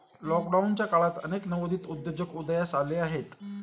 लॉकडाऊनच्या काळात अनेक नवोदित उद्योजक उदयास आले आहेत